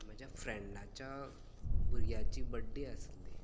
म्हज्या फ्रेंडाच्या भुरग्याची बड्डे आसली